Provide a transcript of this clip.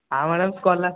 ଅଉ ମ୍ୟାଡ଼ାମ୍